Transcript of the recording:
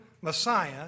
Messiah